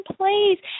please